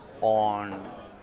on